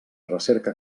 recerca